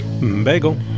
Bagel